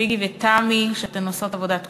פייגי ותמי, שעושות עבודת קודש,